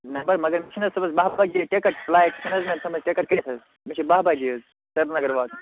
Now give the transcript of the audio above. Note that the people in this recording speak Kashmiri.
نہَ حظ مےٚ چھَنہٕ حظ صُبحَس باہ بَجے ٹِکَٹ فُلایِٹ چھَنہٕ حظ مےٚ تھٲومٕژ ٹِکَٹ کٔڈِتھ حظ مےٚ چھِ باہ بَجے حظ سریٖنگر واتُن